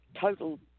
total